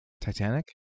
Titanic